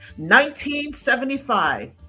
1975